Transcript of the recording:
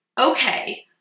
Okay